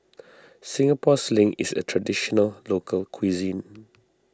Singapore Sling is a Traditional Local Cuisine